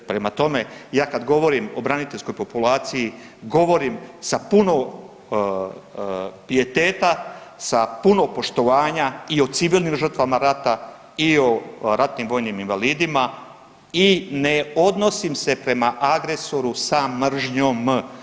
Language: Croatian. Prema tome, ja kad govorim o braniteljskoj populaciji govorim sa puno pijeteta, sa puno poštovanja, i o civilnim žrtvama rata, i o ratnim vojnim invalidima i ne odnosim se prema agresoru sa mržnjom.